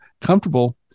comfortable